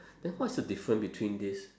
then what's the different between this